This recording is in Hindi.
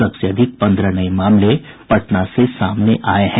सबसे अधिक पन्द्रह नये मामले पटना से सामने आये हैं